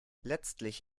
letztlich